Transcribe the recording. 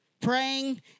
praying